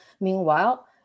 Meanwhile